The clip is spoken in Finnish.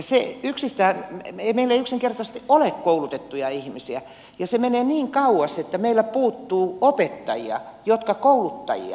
meillä ei yksinkertaisesti ole koulutettuja ihmisiä ja se menee niin kauas että meillä puuttuu opettajia kouluttajia